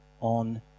on